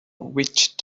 witch